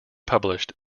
published